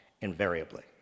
invariably